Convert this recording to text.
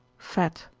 fat,